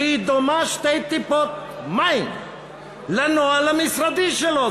שדומה שתי טיפות מים לנוהל המשרדי שלו.